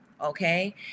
okay